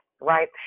right